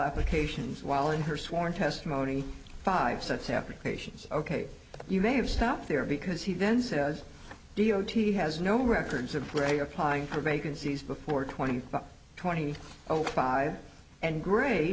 applications while in her sworn testimony five such applications ok you may have stopped there because he then says d o t has no records of where a applying for vacancies before twenty twenty five and grade